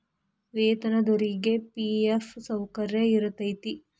ವೇತನದೊರಿಗಿ ಫಿ.ಎಫ್ ಸೌಕರ್ಯ ಇರತೈತಿ